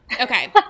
okay